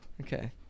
Okay